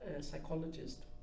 psychologist